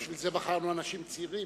בשביל זה בחרנו אנשים צעירים.